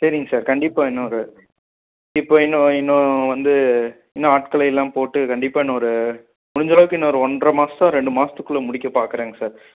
சேரிங்க சார் கண்டிப்பாக இன்னும் ஒரு இப்போ இன்னும் இன்னும் வந்து இன்னும் ஆட்களையெல்லாம் போட்டு கண்டிப்பாக இன்னும் ஒரு முடிஞ்சளவுக்கு இன்னும் ஒரு ஒன்றரை மாசம் ரெண்டு மாசத்துக்குள்ள முடிக்க பார்க்கறேங் சார்